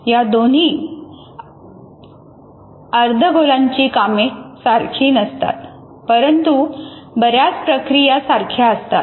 या दोन्ही अर्धगोलाची कामे सारखे नसतात परंतु बऱ्याच प्रक्रिया सारख्या असतात